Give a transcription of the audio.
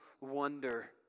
wonder